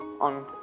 on